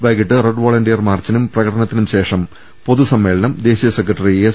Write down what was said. വൈകിട്ട് red volunteer മാർച്ചിനും പ്രകടനത്തിനും ശേഷം പൊതുസമ്മേളനം ദേശീയ സെക്രട്ടറി എസ്